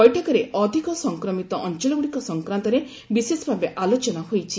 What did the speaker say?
ବୈଠକରେ ଅଧିକ ସଂକ୍ରମିତ ଅଞ୍ଚଳଗୁଡ଼ିକ ସଂକ୍ରାନ୍ତରେ ବିଶେଷ ଭାବେ ଆଲୋଚନା ହୋଇଛି